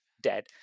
dead